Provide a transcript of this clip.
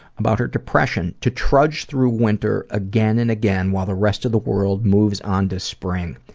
about her depression to trudge through winter, again and again, while the rest of the world moves on to spring.